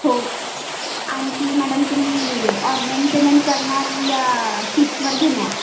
हो आणखी मॅडम तुम्ही ऑनलाइन पेमेंट करणार या किस्तवर घेणार